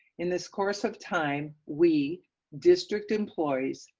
in this course of time, we district employees,